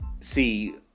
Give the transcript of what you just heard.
see